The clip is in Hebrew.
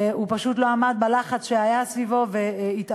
הוא פשוט לא עמד בלחץ שהיה סביבו והתאבד.